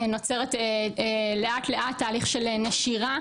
נוצרת לאט לאט תהליך של נשירה,